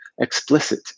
explicit